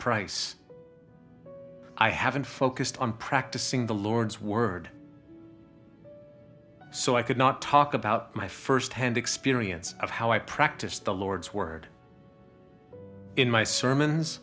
price i haven't focused on practicing the lord's word so i could not talk about my first hand experience of how i practiced the lord's word in my sermons